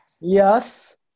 Yes